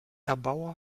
erbauer